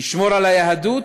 נשמור על היהדות,